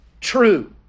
true